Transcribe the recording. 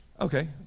Okay